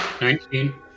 Nineteen